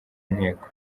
nteko